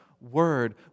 word